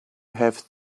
have